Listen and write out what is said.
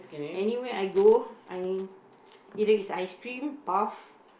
anywhere I go I either is ice cream puff